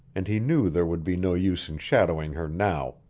and he knew there would be no use in shadowing her now,